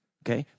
okay